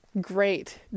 great